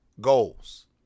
goals